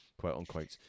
quote-unquote